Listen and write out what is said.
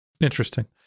Interesting